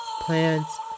plants